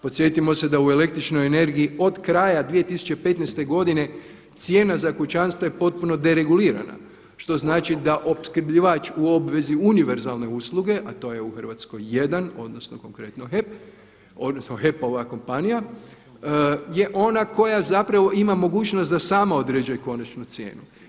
Podsjetimo se da u električnoj energiji od kraja 2015. godine cijena za kućanstva je potpuno deregulirana što znači da opskrbljivač u obvezi univerzalne usluge a to je u Hrvatskoj jedan, odnosno konkretno HEP, odnosno HEP-ova kompanija je ona koja zapravo ima mogućnost da sama određuje konačnu cijenu.